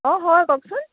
অঁ হয় কওকচোন